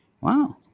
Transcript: Wow